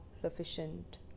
sufficient